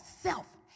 self